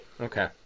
Okay